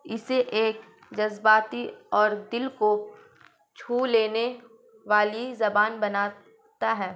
اسے ایک جذباتی اور دل کو چھو لینے والی زبان بناتا ہے